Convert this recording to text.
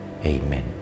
Amen